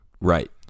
Right